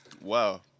Wow